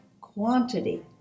quantity